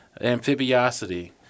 amphibiosity